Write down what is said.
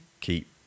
keep